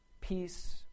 Peace